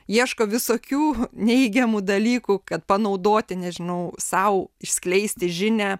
ieško visokių neigiamų dalykų kad panaudoti nežinau sau išskleisti žinią